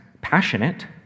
passionate